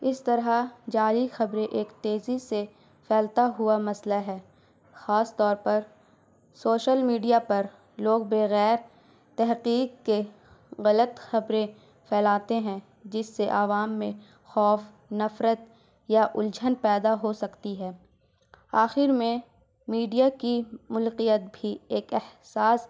اس طرح جاری خبریں ایک تیزی سے پھیلتا ہوا مسئلہ ہے خاص طور پر سوشل میڈیا پر لوگ بغیر تحقیق کے غلط خبریں پھیلاتے ہیں جس سے عوام میں خوف نفرت یا الجھن پیدا ہو سکتی ہے آخر میں میڈیا کی ملکیت بھی ایک احساس